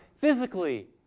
physically